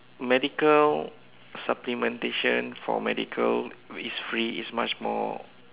medical supplementation for medical is free is much more